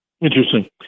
Interesting